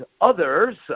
others